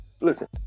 Listen